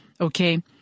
Okay